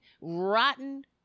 rotten